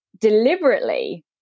deliberately